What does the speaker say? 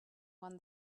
one